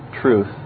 truth